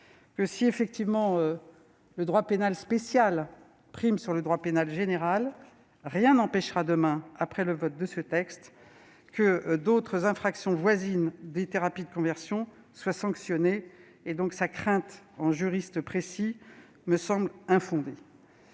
: si, effectivement, le droit pénal spécial prime sur le droit pénal général, rien n'empêchera demain, après le vote de ce texte, que des infractions voisines des thérapies de conversion soient sanctionnées. Vos craintes en tant que juriste me semblent donc